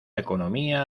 economía